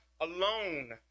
alone